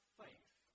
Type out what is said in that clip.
faith